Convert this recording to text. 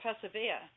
persevere